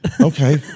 Okay